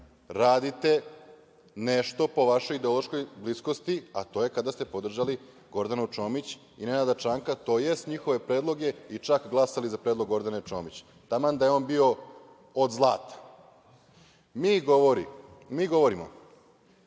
radite nešto po vašoj ideološkoj bliskosti, a to je kada ste podržali Gordanu Čomić i Nenada Čanka, tj. njihove predloge i čak glasali za predlog Gordana Čomić, taman da je on bio od zlata. Mi govorimo o tome